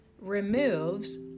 removes